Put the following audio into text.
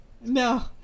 no